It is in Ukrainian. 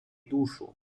душу